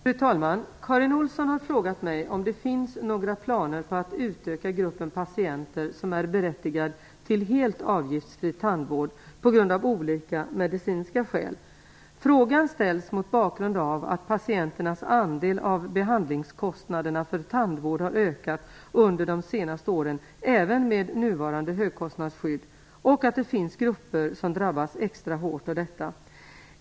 Fru talman! Karin Olsson har frågat mig om det finns några planer på att utöka gruppen patienter som är berättigad till helt avgiftsfri tandvård på grund av olika medicinska skäl. Frågan ställs mot bakgrund av att patienternas andel av behandlingskostnaderna för tandvård har ökat under de senaste åren även med nuvarande högkostnadsskydd och att det finns grupper som drabbas extra hårt av detta.